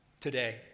today